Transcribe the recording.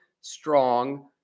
strong